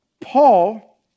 Paul